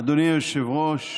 אדוני היושב-ראש,